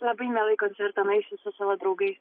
labai mielai į koncertą nueisiu su savo draugais